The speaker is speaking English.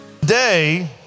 Today